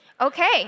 Okay